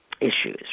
issues